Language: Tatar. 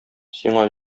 сиңа